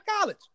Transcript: college